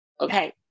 Okay